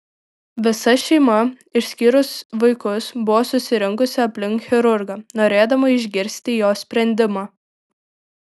visa šeima išskyrus vaikus buvo susirinkusi aplink chirurgą norėdama išgirsti jo sprendimą